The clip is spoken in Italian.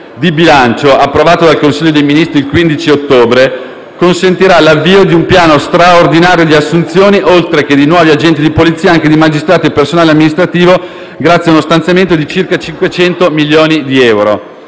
di bilancio, approvato dal Consiglio dei ministri il 15 ottobre scorso, consentirà l'avvio di un piano straordinario di assunzioni, oltre che di nuovi agenti di polizia anche di magistrati e personale amministrativo, grazie ad uno stanziamento di circa 500 milioni di euro.